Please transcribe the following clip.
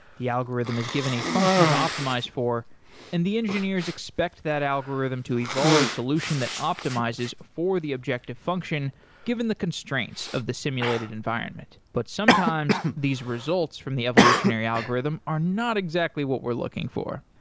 the algorithm is given a function to optimize for and the engineers expect that algorithm to evolve a solution that optimizes for the objective function given the constraints of the simulated environment, but sometimes these results from the evolutionary algorithm are not exactly what we're looking for.